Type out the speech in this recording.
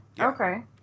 Okay